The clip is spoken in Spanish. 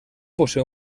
posee